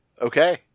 Okay